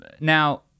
Now